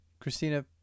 Christina